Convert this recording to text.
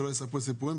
שלא יספרו סיפורים,